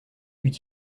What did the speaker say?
eût